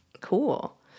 Cool